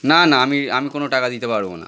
না না আমি আমি কোনো টাকা দিতে পারব না